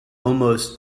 almost